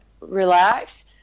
relax